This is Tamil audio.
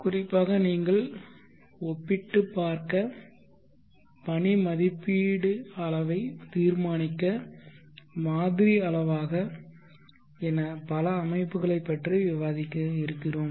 குறிப்பாக நீங்கள் ஒப்பிட்டுப் பார்க்க பணி மதிப்பீட்டு அளவை தீர்மானிக்க மாதிரி அளவாக என பல அமைப்புகளை பற்றி விவாதிக்க இருக்கிறோம்